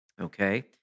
Okay